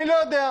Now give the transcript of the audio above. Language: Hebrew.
אני לא יודע.